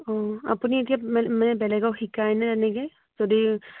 অ' আপুনি এতিয়া মানে মানে বেলেগক শিকাইনে এনেকৈ যদি